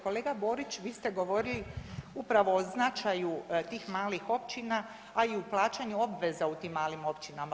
Kolega Borić, vi ste govorili upravo o značaju tih malih općina, a i u plaćanju obveza u tim malim općinama.